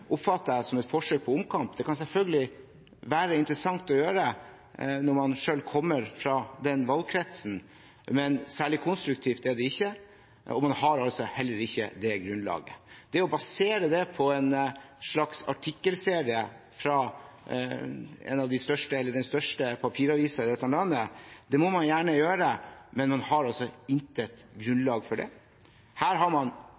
oppfatter jeg et forsøk på omkamp. Det kan selvfølgelig være interessant å gjøre det når man selv kommer fra en berørt valgkrets, men særlig konstruktivt er det ikke. Man har heller ikke grunnlaget. Det å basere det på en slags artikkelserie fra den største papiravisen i dette landet, må man gjerne gjøre, men man har intet grunnlag for det. Her har man